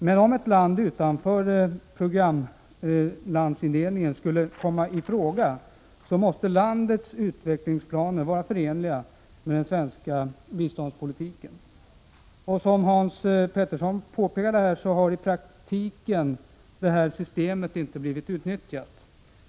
Men om ett land utanför programlandskretsen skulle komma i fråga måste landets utvecklingsplaner vara förenliga med den svenska biståndspolitikens mål. Som Hans Petersson i Hallstahammar påpekade har investeringsgarantisystemet i praktiken inte blivit utnyttjat.